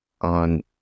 on